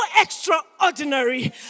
extraordinary